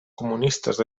comunistes